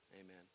Amen